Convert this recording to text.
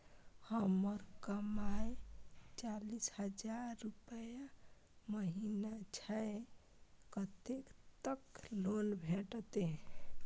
हमर कमाय चालीस हजार रूपया महिना छै कतैक तक लोन भेटते?